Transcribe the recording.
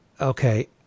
okay